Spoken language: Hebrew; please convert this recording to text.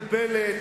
מבולבלת,